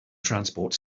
transport